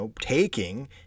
taking